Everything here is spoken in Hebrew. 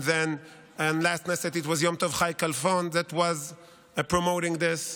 Last Knesset it was Yomtob Chai Kalfon that promoted this,